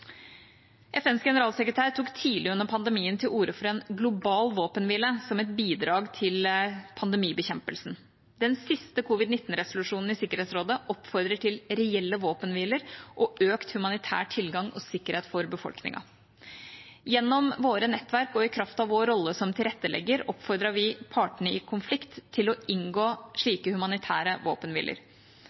FNs generalsekretær António Guterres tok tidlig under pandemien til orde for en global våpenhvile som et bidrag i pandemibekjempelsen. Den siste covid-19-resolusjonen i Sikkerhetsrådet oppfordrer til reelle våpenhviler og økt humanitær tilgang og sikkerhet for befolkningen. Gjennom våre nettverk og i kraft av vår rolle som tilrettelegger oppfordret vi parter i konflikt til å inngå slike humanitære